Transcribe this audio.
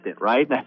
right